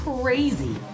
crazy